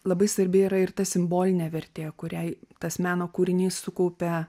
labai svarbi yra ir ta simbolinė vertė kurią tas meno kūrinys sukaupia